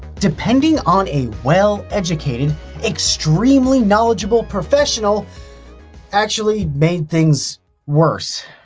depending on a well-educated, extremely-knowledgeable professional actually made things worse.